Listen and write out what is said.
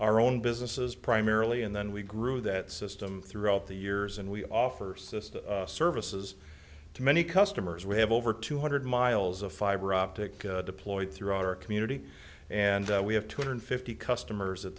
our own businesses primarily and then we grew that system throughout the years and we offer system services to many customers we have over two hundred miles of fiberoptic deployed throughout our community and we have two hundred fifty customers at